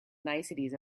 niceties